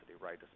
right